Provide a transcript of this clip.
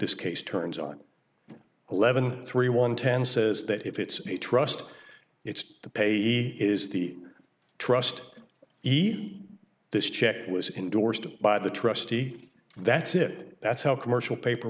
this case turns on eleven three one ten says that if it's a trust it's the payee is the trust easy this check was indorsed by the trustee that's it that's how commercial paper